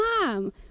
Mom